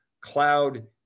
cloud